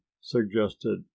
suggested